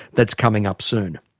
that's coming up soon.